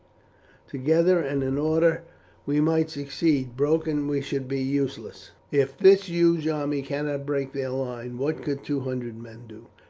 together and in order we might succeed, broken we should be useless. if this huge army cannot break their line, what could two hundred men do?